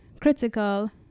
critical